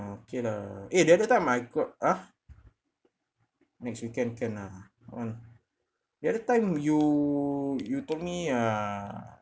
okay lah eh the other time I got !huh! next weekend can lah on the other time you you told me uh